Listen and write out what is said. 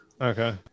Okay